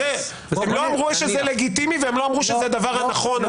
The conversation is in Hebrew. הם לא אמרו שזה לגיטימי והם לא אמרו שזה הדבר הנכון.